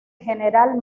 general